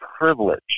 privilege